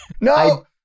No